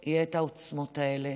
שיהיו העוצמות האלה,